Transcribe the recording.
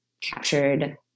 captured